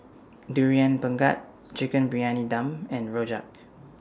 Durian Pengat Chicken Briyani Dum and Rojak